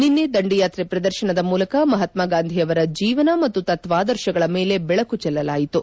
ನಿನ್ನೆ ದಂಡಿಯಾತ್ರೆ ಪ್ರದರ್ಶನದ ಮೂಲಕ ಮಹಾತ್ನಾಗಾಂಧಿಯವರ ಜೀವನ ಮತ್ತು ತತ್ವಾದರ್ಶಗಳ ಮೇಲೆ ಬೆಳಕು ಚೆಲ್ಲಲಾಯಿತು